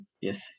Yes